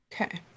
okay